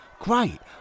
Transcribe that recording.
Great